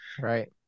right